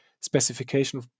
specification